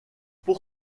pour